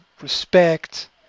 respect